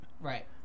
Right